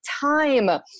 time